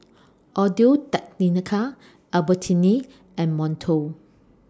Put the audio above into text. Audio Technica Albertini and Monto